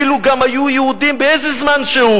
ואילו גם היו יהודים באיזה זמן שהוא"